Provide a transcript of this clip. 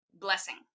blessing